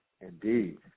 Indeed